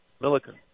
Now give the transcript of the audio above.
Milliken